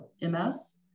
MS